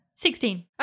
Sixteen